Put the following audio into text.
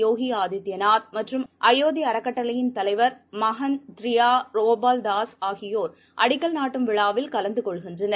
யோகிஆதித்யநாத் மற்றும் அயோத்திஅறக்கட்டளையின் தலைவர் மஹன்த் ந்ரித்யாகோபால் தாஸ் ஆகியோர் அடிக்கல் நாட்டும் விழாவில் கலந்துகொள்கின்றனர்